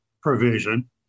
provision